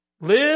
Live